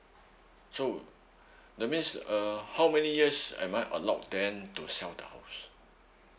so that means uh how many years am I allowed then to sell the house